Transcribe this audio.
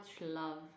love